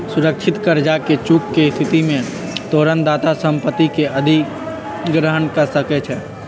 सुरक्षित करजा में चूक के स्थिति में तोरण दाता संपत्ति के अधिग्रहण कऽ सकै छइ